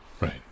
Right